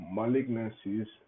malignancies